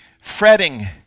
fretting